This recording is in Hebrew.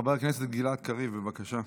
חבר הכנסת גלעד קריב, בבקשה.